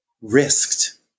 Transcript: risked